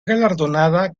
galardonada